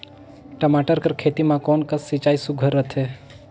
टमाटर कर खेती म कोन कस सिंचाई सुघ्घर रथे?